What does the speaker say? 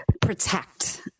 protect